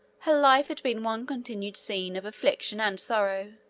her life had been one continued scene of affliction and sorrow,